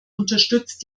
unterstützt